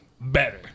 better